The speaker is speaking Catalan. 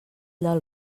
del